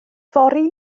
fory